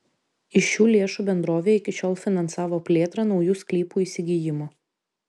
iš šių lėšų bendrovė iki šiol finansavo plėtrą naujų sklypų įsigijimą